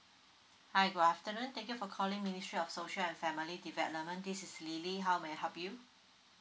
hi good afternoon thank you for calling ministry of social and family development this is lily how may I help you